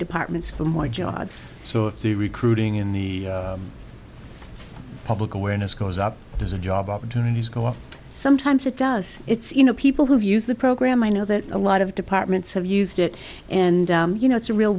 departments for more jobs so the recruiting in the public awareness goes up does the job opportunities go off sometimes it does it's you know people who've used the program i know that a lot of departments have used it and you know it's a real